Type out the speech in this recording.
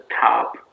top